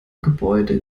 gebäude